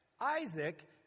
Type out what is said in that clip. Isaac